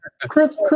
Chris